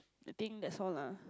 I think that's all lah